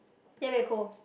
then very cold